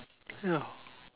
ya